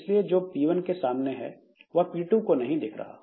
इसलिए जो P1 के सामने है वह P2 को नहीं दिख रहा